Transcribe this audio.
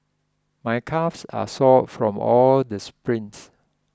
my calves are sore from all the sprints